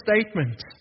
statement